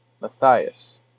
Matthias